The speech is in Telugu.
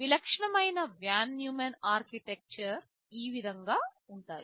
విలక్షణమైన వాన్ న్యూమాన్ ఆర్కిటెక్చర్స్ ఈ విధంగా ఉంటాయి